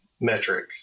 metric